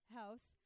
house